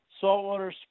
Saltwater